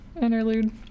interlude